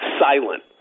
silent